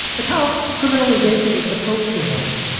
it's how criminalization is supposed to work.